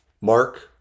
Mark